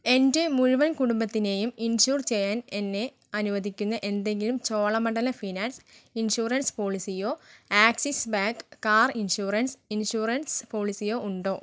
എൻ്റെ മുഴുവൻ കുടുംബത്തിനെയും ഇൻഷുർ ചെയ്യാൻ എന്നെ അനുവദിക്കുന്ന എന്തെങ്കിലും ചോളമണ്ഡലം ഫിനാൻസ് ഇൻഷുറൻസ് പോളിസിയോ Axis Bank car insurance insurance പോളിസിയോ ഉണ്ടോ